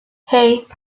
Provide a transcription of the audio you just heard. hey